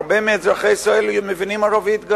הרבה מאזרחי ישראל מבינים גם ערבית.